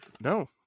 no